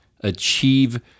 achieve